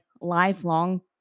lifelong